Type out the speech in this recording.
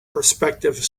prospective